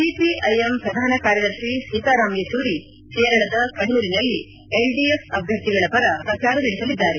CPIM ಪ್ರಧಾನ ಕಾರ್ಯದರ್ಶಿ ಸೀತಾರಾಂ ಯೆಚೂರಿ ಕೇರಳದ ಕಣ್ಣೂರಿನಲ್ಲಿ ಎಲ್ಡಿಎಫ್ ಅಭ್ವರ್ಥಿಗಳ ಪರ ಪ್ರಚಾರ ನಡೆಸಲಿದ್ದಾರೆ